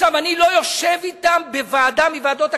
אני לא יושב אתם בוועדה מוועדות הכנסת.